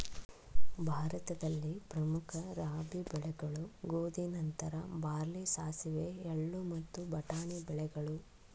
ಭಾರತದಲ್ಲಿ ಪ್ರಮುಖ ರಾಬಿ ಬೆಳೆಗಳು ಗೋಧಿ ನಂತರ ಬಾರ್ಲಿ ಸಾಸಿವೆ ಎಳ್ಳು ಮತ್ತು ಬಟಾಣಿ ಬೆಳೆಗಳು